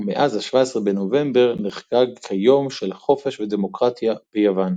ומאז ה-17 בנובמבר נחגג כיום של חופש ודמוקרטיה ביוון.